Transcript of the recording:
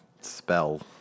spell